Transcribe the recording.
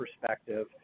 perspective